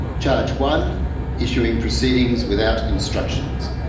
charge one issuing proceedings without instructions.